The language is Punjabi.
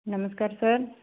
ਨਮਸਕਾਰ ਸਰ